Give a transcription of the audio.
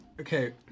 Okay